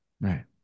right